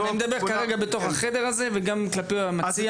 אני מדבר כרגע בתוך החדר הזה וגם כלפי המציע.